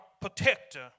protector